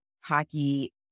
hockey